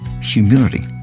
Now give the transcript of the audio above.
humility